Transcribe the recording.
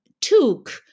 took